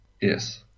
Yes